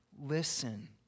listen